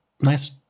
nice